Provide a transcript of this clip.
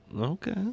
Okay